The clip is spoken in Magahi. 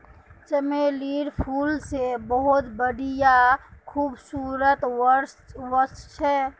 चमेलीर फूल से बहुत बढ़िया खुशबू वशछे